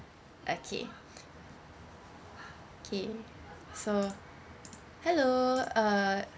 okay okay so hello uh